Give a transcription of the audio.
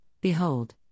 Behold